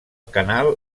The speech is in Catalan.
canal